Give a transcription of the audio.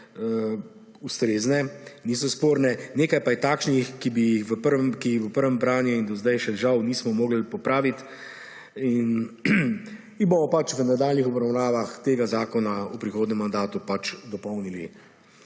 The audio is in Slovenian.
ustrezne, niso sporne. Nekaj pa je takšnih, ki jih v prvem branju in do zdaj še, žal, nismo mogli popraviti; jih bomo pač v nadaljnjih obravnavah tega zakona v prihodnjem mandatu dopolnili.